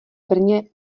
brně